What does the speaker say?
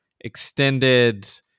extended